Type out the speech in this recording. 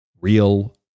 real